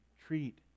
treat